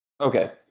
okay